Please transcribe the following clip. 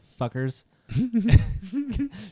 fuckers